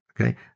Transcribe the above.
Okay